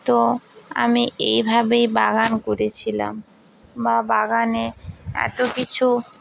তো আমি এভাবে বাগান করেছিলাম বা বাগানে এত কিছু